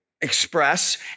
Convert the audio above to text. express